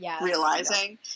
realizing